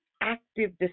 active